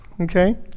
Okay